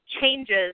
changes